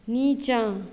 नीचाँ